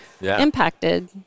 impacted